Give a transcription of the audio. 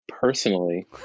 personally